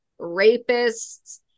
rapists